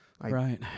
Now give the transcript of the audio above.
Right